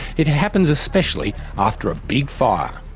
it happens especially after a big fire.